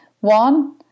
One